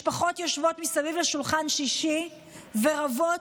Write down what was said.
משפחות יושבות מסביב לשולחן שישי ורבות,